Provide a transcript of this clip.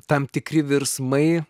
tam tikri virsmai